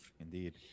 indeed